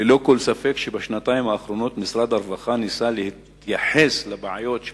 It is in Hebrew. ללא כל ספק בשנתיים האחרונות משרד הרווחה ניסה להתייחס לבעיות של